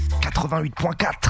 88.4